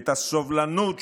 את הסובלנות שביהדות,